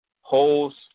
holes